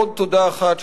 עוד תודה אחת,